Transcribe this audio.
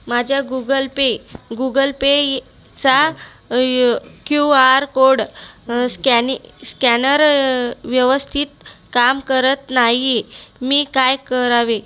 माझा Google Pay Google पेचा Q R code स्कॅनी स्कॅनर व्यवस्थित काम करत नाही मी काय करावे